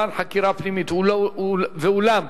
ואולם,